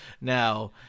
Now